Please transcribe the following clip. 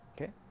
okay